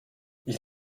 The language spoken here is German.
ich